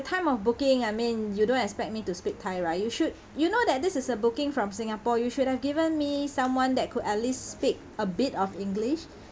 time of booking I mean you don't expect me to speak thai right you should you know that this is a booking from singapore you should have given me someone that could at least speak a bit of english